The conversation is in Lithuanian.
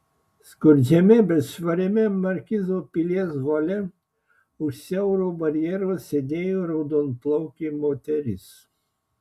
skurdžiame bet švariame markizo pilies hole už siauro barjero sėdėjo raudonplaukė moteris